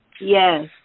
Yes